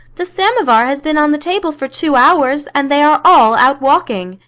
the samovar has been on the table for two hours, and they are all out walking!